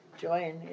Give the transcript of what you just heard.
join